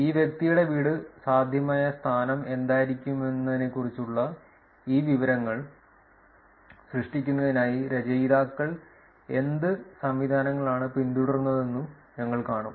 ഈ വ്യക്തിയുടെ വീട് സാധ്യമായ സ്ഥാനം എന്തായിരിക്കുമെന്നതിനെക്കുറിച്ചുള്ള ഈ വിവരങ്ങൾ സൃഷ്ടിക്കുന്നതിനായി രചയിതാക്കൾ എന്ത് സംവിധാനങ്ങളാണ് പിന്തുടർന്നതെന്നും ഞങ്ങൾ കാണും